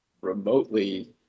remotely